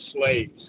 slaves